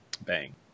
Bang